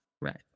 Right